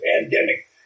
pandemic